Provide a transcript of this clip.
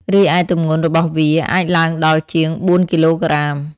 រីឯទម្ងន់របស់វាអាចឡើងដល់ជាង ៤ គីឡូក្រាម។